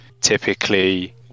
typically